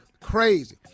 crazy